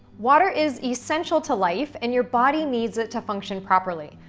water is essential to life, and your body needs it to function properly.